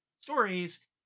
stories